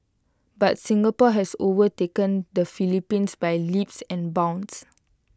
but Singapore has overtaken the Philippines by leaps and bounds